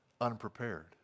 unprepared